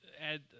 add